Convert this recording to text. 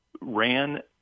ran